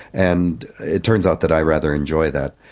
and it turns out that i rather enjoy that.